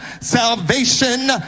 salvation